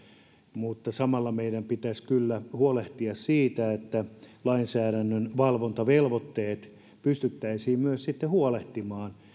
mutta samalla meidän pitäisi kyllä huolehtia siitä että lainsäädännön valvontavelvoitteet pystyttäisiin myös sitten huolehtimaan